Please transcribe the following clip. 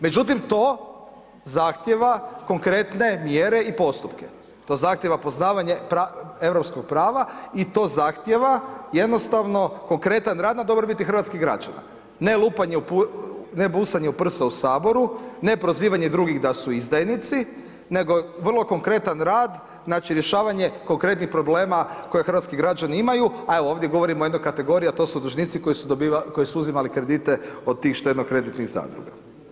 Međutim, to zahtjeva konkretne mjere i postupke, to zahtjeva poznavanje europskog prava i to zahtjeva jednostavno konkretan rad na dobrobiti hrvatskih građana, ne lupanje, ne busanje u prsa u saboru, ne prozivanje drugih da su izdajnici, nego vrlo konkretan rad znači rješavanje konkretnih problema koje hrvatski građani imaju, a evo ovdje govorimo o jednoj kategoriji, a to su dužnici koji su dobivali, koji su uzimali kredite od tih štedno kreditnih zadruga.